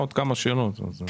בבקשה.